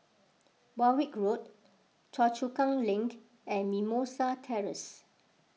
Warwick Road Choa Chu Kang Link and Mimosa Terrace